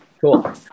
cool